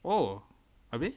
oh apa ni